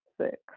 six